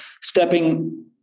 stepping